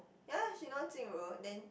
ya she know Jing-Ru then